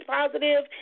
positive